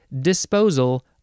disposal